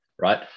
Right